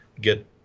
get